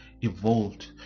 evolved